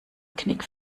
knick